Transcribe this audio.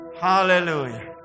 hallelujah